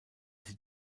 sie